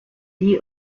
the